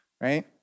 right